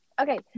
Okay